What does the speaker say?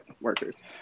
workers